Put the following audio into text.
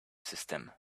system